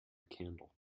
candle